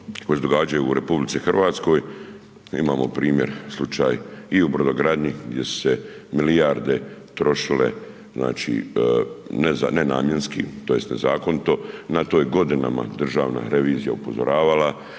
koji se događaju u RH. Imamo primjer slučaj i u brodogradnji gdje su se milijarde trošile znači ne namjenski, tj. nezakonito, na to je godinama državna revizija upozoravala,